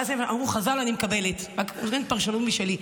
את מה שאמרו חז"ל אני מקבלת, אין פרשנות משלי.